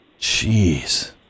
Jeez